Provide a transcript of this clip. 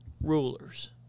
rulers